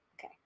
Okay